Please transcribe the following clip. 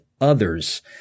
others